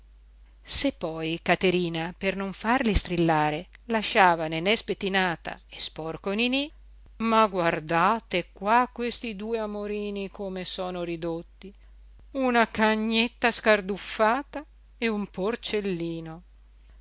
se poi caterina per non farli strillare lasciava nenè spettinata e sporco niní ma guardate qua questi due amorini come sono ridotti una cagnetta scarduffata e un porcellino